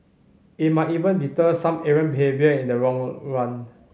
it might even deter some errant behaviour in the long run